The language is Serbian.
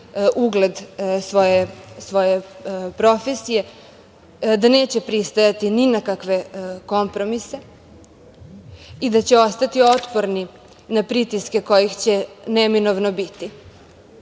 ugled svoje profesije, da neće pristajati ni na kakve kompromise i da će ostati otporni na pritiske kojih će neminovno biti